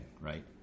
right